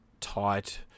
tight